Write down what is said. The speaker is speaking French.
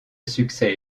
succès